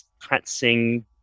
practicing